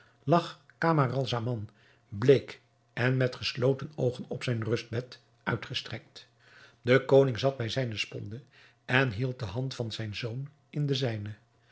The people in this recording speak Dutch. lag camaralzaman bleek en met gesloten oogen op zijn rustbed uitgestrekt de koning zat bij zijne sponde en hield de hand van zijn zoon in de zijne